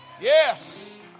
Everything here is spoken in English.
Yes